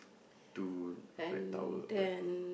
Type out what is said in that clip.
two flat towel but